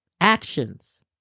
Actions